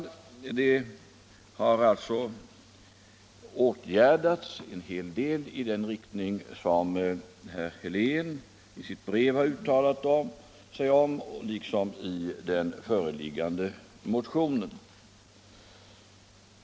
En hel del har alltså åtgärdats i den riktning som herr Helén har uttalat sig om i sitt brev liksom man gjort i den föreliggande motionen.